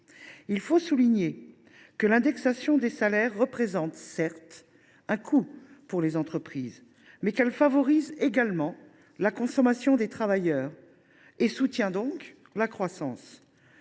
Il faut souligner que, certes, l’indexation des salaires représente un coût pour les entreprises, mais qu’elle favorise également la consommation des travailleurs et soutient donc la croissance.